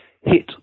hit